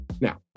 Now